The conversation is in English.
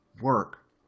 work